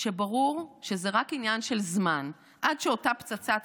שברור שזה רק עניין של זמן עד שאותה פצצה תתפוצץ.